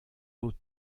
eaux